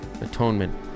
Atonement